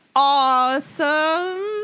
awesome